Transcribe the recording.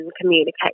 communicate